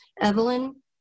Evelyn